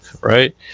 Right